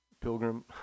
Pilgrim